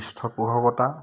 পৃষ্ঠপোষকতা